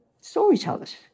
storytellers